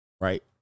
Right